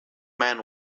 man